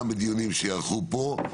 גם בדיונים שייערכו פה,